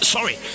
Sorry